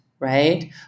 right